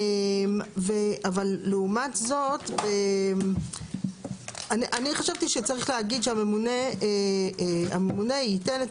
אבל לעומת זאת אני חשבתי שצריך להגיד שהממונה ייתן את